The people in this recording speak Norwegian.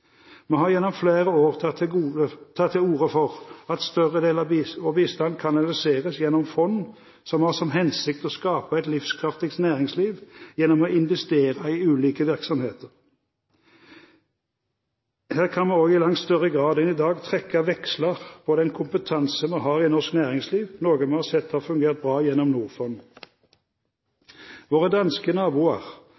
Vi har gjennom flere år tatt til orde for at en større del av vår bistand kanaliseres gjennom fond som har som hensikt å skape et livskraftig næringsliv gjennom å investere i ulike virksomheter. Her kan vi også i langt større grad enn i dag trekke veksler på den kompetansen vi har i norsk næringsliv, noe vi har sett har fungert bra gjennom